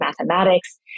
mathematics